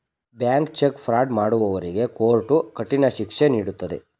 bank cheque fraud ಮಾಡುವವರಿಗೆ court ಕಠಿಣ ಶಿಕ್ಷೆ ನೀಡುತ್ತದೆ